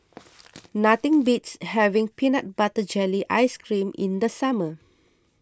nothing beats having Peanut Butter Jelly Ice Cream in the summer